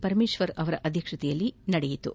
ಪರಮೇಶ್ವರ್ ಅಧ್ಯಕ್ಷತೆಯಲ್ಲಿ ನಡೆಯಿತು